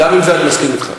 גם בזה אני מסכים אתך.